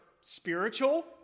spiritual